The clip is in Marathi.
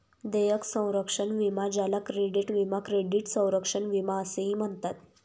देयक संरक्षण विमा ज्याला क्रेडिट विमा क्रेडिट संरक्षण विमा असेही म्हणतात